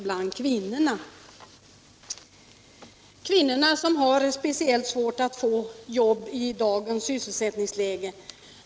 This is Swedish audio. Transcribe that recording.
Speciellt kvinnorna har ju svårt att få jobb i dagens sysselsättningsläge.